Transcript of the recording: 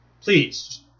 Please